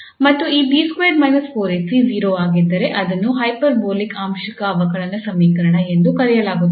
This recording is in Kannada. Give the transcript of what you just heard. ಮತ್ತು ಈ 𝐵2 − 4𝐴𝐶 0 ಆಗಿದ್ದರೆ ಅದನ್ನು ಪ್ಯಾರಾಬೋಲಿಕ್ ಆಂಶಿಕ ಅವಕಲನ ಸಮೀಕರಣ ಎಂದು ಕರೆಯಲಾಗುತ್ತದೆ